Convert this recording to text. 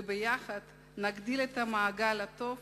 וביחד נגדיל את המעגל הטוב